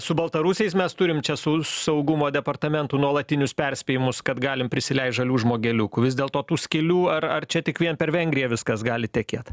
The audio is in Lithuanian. su baltarusiais mes turim čia su saugumo departamentu nuolatinius perspėjimus kad galim prisileist žalių žmogeliukų vis dėl to tų skylių ar ar čia tik vien per vengriją viskas gali tekėt